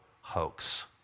hoax